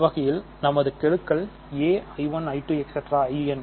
இந்த வகையில் நமது கெழுக்கள் a i1 i2 in